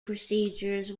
procedures